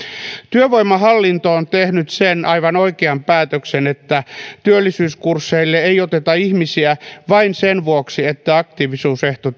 työvoimahallinto on tehnyt sen aivan oikean päätöksen että työllisyyskursseille ei oteta ihmisiä vain sen vuoksi että aktiivisuusehto